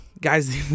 guys